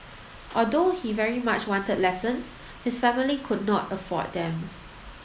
although he very much wanted lessons his family could not afford them